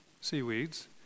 seaweeds